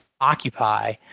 occupy